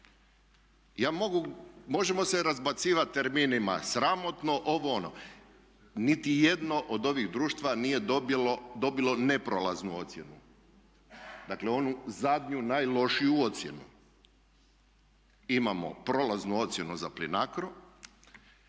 možemo se razbacivati terminima sramotno, ovo ono. Niti jedno od ovih društva nije dobilo neprolaznu ocjenu, dakle onu zadnju, najlošiju ocjenu. Imamo prolaznu ocjenu za Plinacro,